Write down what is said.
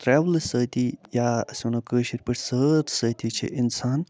ٹرٛیولہٕ سۭتی یا أسۍ وَنو کٲشِر پٲٹھۍ سٲد سۭتی چھِ انسان